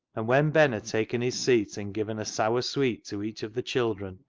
and when ben had taken his seat, and given a sour sweet to each of the children,